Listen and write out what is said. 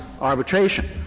arbitration